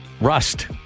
Rust